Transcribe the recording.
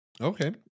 Okay